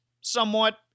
somewhat